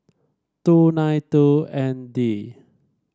two nine two N D